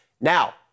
Now